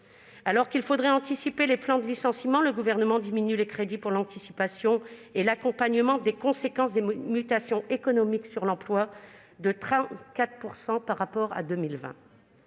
Alors qu'il faudrait anticiper les plans de licenciements, le Gouvernement diminue les crédits pour l'anticipation et l'accompagnement des conséquences des mutations économiques sur l'emploi de 34 % par rapport à 2020.